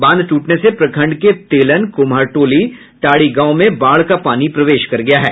बांध ट्रटने से प्रखंड के तेलन कुम्हरटोली टाड़ी गांव में बाढ़ का पानी प्रवेश कर गया है